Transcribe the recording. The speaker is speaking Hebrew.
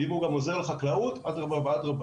ואם הוא גם עוזר לחקלאות אדרבה ואדרבה.